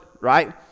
right